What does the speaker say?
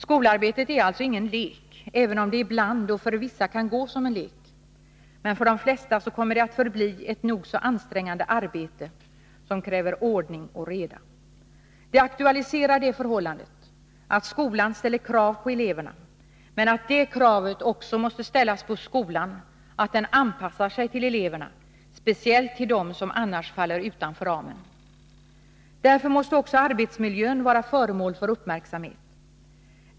Skolarbetet är alltså ingen lek, även om det ibland och för vissa kan gå som en lek. För de flesta kommer det att förbli ett nog så ansträngande arbete, som kräver ordning och reda. Det aktualiserar det förhållandet att skolan ställer krav på eleverna, men krav måste också ställas på skolan att den anpassar sig till eleverna, speciellt till dem som annars faller utanför ramen. Därför måste också arbetsmiljön vara föremål för uppmärksamhet.